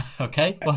Okay